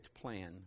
plan